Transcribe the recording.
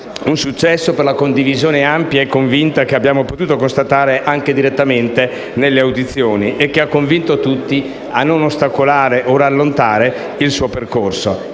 un successo per la condivisione ampia e convinta che abbiamo potuto constatare anche direttamente nelle audizioni e che ha convinto tutti a non ostacolare o rallentare il suo percorso.